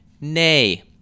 nay